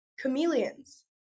chameleons